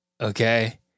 okay